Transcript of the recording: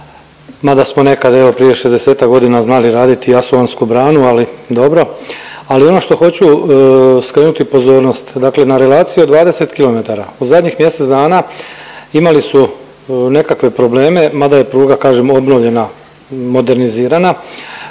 mada smo nekad evo prije 60-tak godina znali raditi …/Govornik se ne razumije./… branu, ali dobro, ali ono što hoću skrenuti pozornost, dakle na relaciji od 20 km u zadnjih mjesec dana imali su nekakve probleme mada je pruga kažem obnovljena, modernizirana,